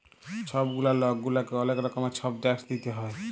ছব গুলা লক গুলাকে অলেক রকমের ছব ট্যাক্স দিইতে হ্যয়